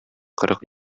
кырык